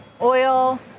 oil